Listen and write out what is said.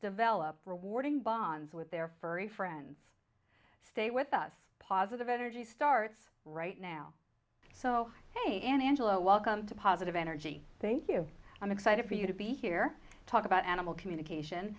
develop rewarding bonds with their furry friends stay with us positive energy starts right now so he and angela welcome to positive energy thank you i'm excited for you to be here to talk about animal communication